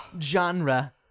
genre